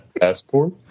Passport